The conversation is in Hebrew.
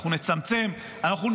אנחנו נצמצם,